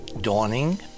dawning